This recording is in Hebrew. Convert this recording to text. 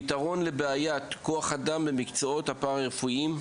פתרון לבעיית כוח האדם במקצועות הפרא רפואיים.